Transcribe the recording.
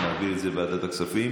להעביר את זה לוועדת הכספים,